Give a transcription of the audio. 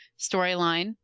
storyline